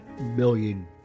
million